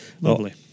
Lovely